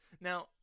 Now